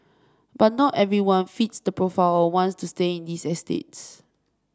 but not everyone fits the profile or wants to stay in these estates